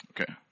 Okay